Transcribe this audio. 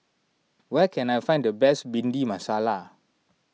where can I find the best Bhindi Masala